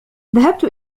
ذهبت